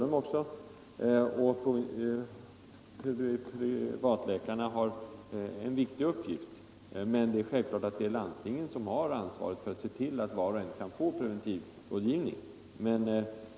Även privatläkarna har i dag en viktig uppgift. Men det är landstingen som skall ta ansvaret och se till att var och en kan få preventivmedelsrådgivning.